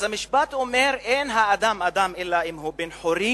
אז המשפט אומר: אין האדם אדם אלא אם כן הוא בן-חורין,